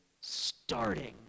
starting